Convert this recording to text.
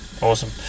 awesome